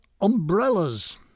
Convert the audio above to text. umbrellas